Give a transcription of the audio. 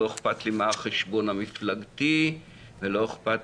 לא אכפת לי מה החשבון המפלגתי ולא אכפת